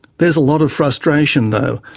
there's a lot of frustration, though,